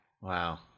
Wow